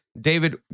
David